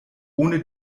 ohne